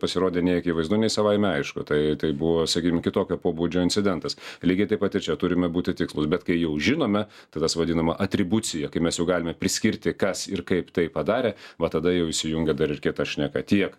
pasirodė nei akivaizdu nei savaime aišku tai tai buvo sakykim kitokio pobūdžio incidentas lygiai taip pat ir čia turime būti tikslūs bet kai jau žinome tai tas vadinama atribucija kai mes jau galime priskirti kas ir kaip tai padarė va tada jau įsijungia dar ir kita šneka tiek